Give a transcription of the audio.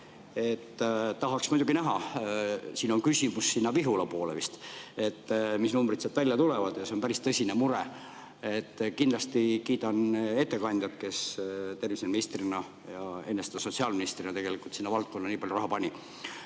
Tahaks muidugi näha, see on küsimus sinna Vihula poole vist, et mis numbrid sealt välja tulevad. See on päris tõsine mure. Kindlasti kiidan ettekandjat, kes terviseministrina ja enne seda sotsiaalministrina tegelikult sinna valdkonda nii palju raha pani.